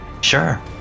sure